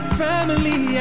family